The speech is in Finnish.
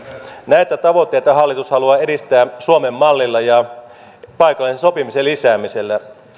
näitä tavoitteita hallitus haluaa edistää suomen mallilla ja paikallisen sopimisen lisäämisellä